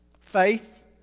Faith